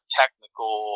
technical